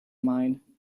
mine